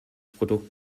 produkt